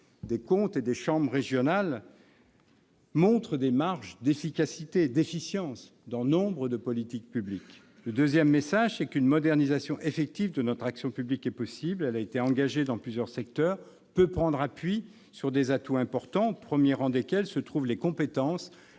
de la Cour et des chambres régionales des comptes montrent des marges d'efficacité et d'efficience dans nombre de politiques publiques. Deuxièmement, une modernisation effective de notre action publique est possible. Elle a été engagée dans plusieurs secteurs et peut prendre appui sur des atouts importants, au premier rang desquels se trouvent les compétences